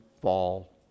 fall